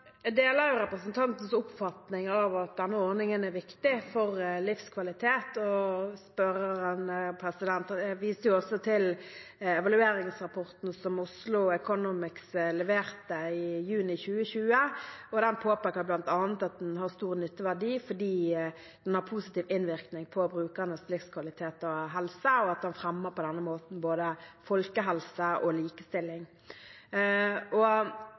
Jeg deler representantens oppfatning av at denne ordningen er viktig for livskvalitet. Spørreren viste også til evalueringsrapporten som Oslo Economics leverte i juni 2020, og den påpeker bl.a. at ordningen har stor nytteverdi fordi den har positiv innvirkning på brukernes livskvalitet og helse, og at den på denne måten fremmer både folkehelse og likestilling.